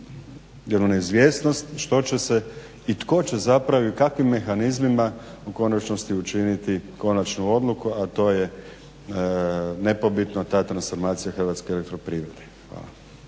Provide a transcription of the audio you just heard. jednu neizvjesnost što će se i tko će zapravo i kakvim mehanizmima u konačnosti učiniti konačnu odluku, a to je nepobitno ta transformacija HEP-a. Hvala.